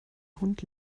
hund